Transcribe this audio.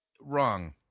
Wrong